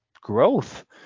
growth